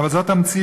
אבל זאת המציאות.